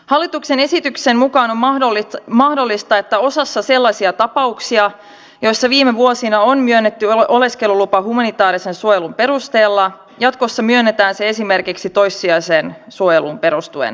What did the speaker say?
hallituksen esityksen mukaan on mahdollista että osassa sellaisia tapauksia joissa viime vuosina on myönnetty oleskelulupa humanitaarisen suojelun perusteella jatkossa myönnetään se esimerkiksi toissijaiseen suojeluun perustuen